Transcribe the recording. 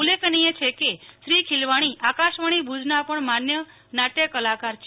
ઉલ્લેખનીય છે કે શ્રી ખિલવાણી આકાશવાણી ભુજના પણ માન્ય નાટક કલાકાર છે